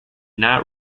not